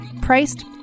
priced